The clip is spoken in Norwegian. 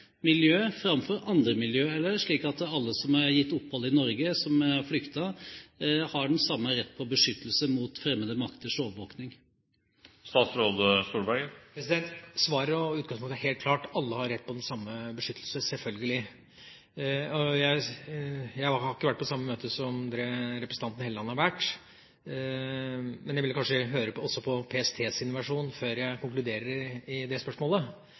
miljø framfor andre miljø? Eller er det slik at alle som er gitt opphold i Norge, som har flyktet, har den samme rett til beskyttelse mot fremmede makters overvåkning? Svaret og utgangspunktet er helt klart: Alle har rett til den samme beskyttelse – selvfølgelig. Jeg har ikke vært på det samme møte som representanten Helleland har vært på, men jeg ville kanskje høre også på PSTs versjon før jeg konkluderer i det spørsmålet.